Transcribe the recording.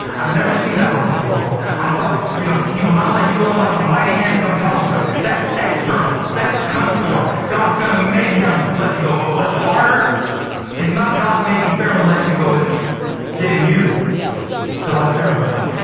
i've never seen it like this before. you know, he will not let you go unless a mighty hand compels him. that's external. that's conform. god is going to make him let you go, but what's harder is not god making pharaoh let you go it's getting you to let pharaoh go.